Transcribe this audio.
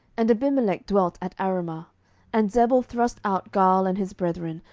and abimelech dwelt at arumah and zebul thrust out gaal and his brethren,